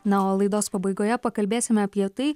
na o laidos pabaigoje pakalbėsime apie tai